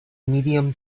medium